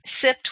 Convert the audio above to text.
sipped